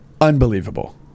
unbelievable